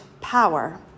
power